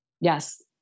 Yes